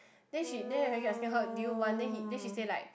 then she then he keep asking her do you wanna hit then she said like